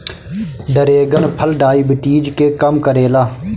dragon फल diabetes के कम करेला